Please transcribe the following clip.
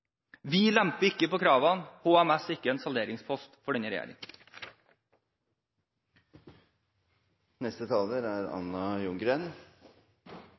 Vi lemper ikke på kravene. HMS er ikke en salderingspost for denne